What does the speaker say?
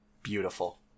beautiful